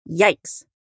yikes